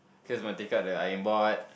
cause must take out the iron board